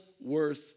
worth